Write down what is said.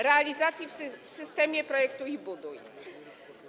Realizacja w systemie „projektuj i buduj”